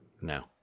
No